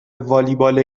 والیبال